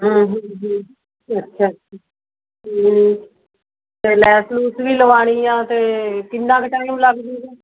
ਅੱਛਾ ਜੀ ਮੈਂ ਲੈਸ ਲੂਸ ਵੀ ਲਵਾਉਣੀ ਹੈ ਅਤੇ ਕਿੰਨਾ ਕੁ ਟਾਈਮ ਲੱਗ ਜੂਗਾ